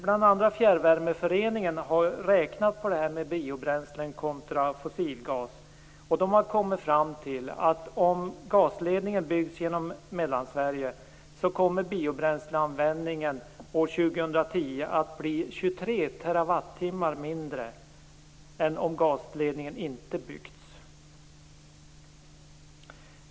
Bl.a. Fjärrvärmeföreningen har räknat på detta med biobränslen kontra fossilgas, och man har kommit fram till att om en gasledning byggs genom Mellansverige kommer biobränsleanvändningen år 2010 att bli 23 TWh mindre än om gasledningen inte byggs.